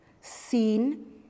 seen